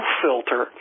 filter